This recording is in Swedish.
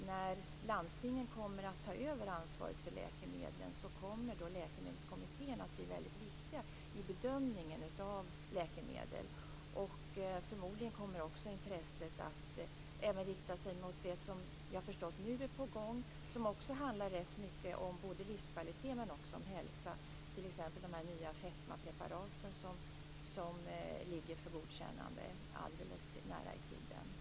När landstingen kommer att ta över ansvaret för läkemedlen kommer läkemedelskommittéerna att bli viktiga i bedömningen av läkemedel. Förmodligen kommer intresset att även rikta sig mot det som nu är på gång, som handlar om livskvalitet och hälsa, t.ex. de nya fettmapreparaten som väntar på godkännande nära i tiden.